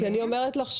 אני אפנה אליהם.